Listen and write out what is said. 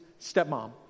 stepmom